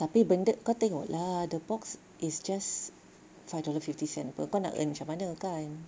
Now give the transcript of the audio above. tapi benda kau tengok lah the box is just five dollars fifty cents apa kau nak earn macam mana kan